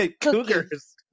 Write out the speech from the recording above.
cougars